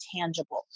tangible